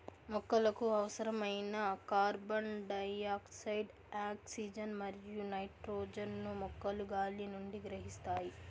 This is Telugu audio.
మొక్కలకు అవసరమైన కార్బన్డయాక్సైడ్, ఆక్సిజన్ మరియు నైట్రోజన్ ను మొక్కలు గాలి నుండి గ్రహిస్తాయి